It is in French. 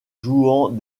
jouant